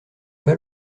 pas